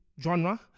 genre